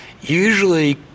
usually